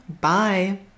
Bye